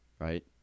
right